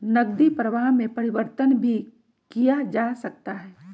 नकदी प्रवाह में परिवर्तन भी किया जा सकता है